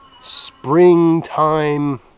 springtime